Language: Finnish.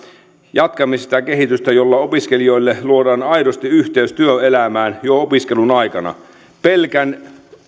jatkamme sitä kehitystä jolla opiskelijoille luodaan aidosti yhteys työelämään jo opiskelun aikana